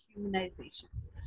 humanizations